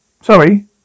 Sorry